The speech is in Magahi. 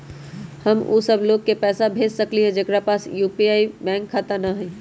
हम उ सब लोग के पैसा भेज सकली ह जेकरा पास यू.पी.आई बैंक खाता न हई?